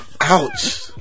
Ouch